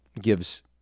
gives